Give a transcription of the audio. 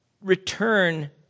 return